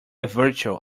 virtue